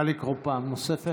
נגד נא לקרוא פעם נוספת.